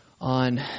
on